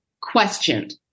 questioned